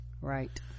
Right